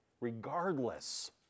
regardless